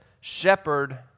Shepherd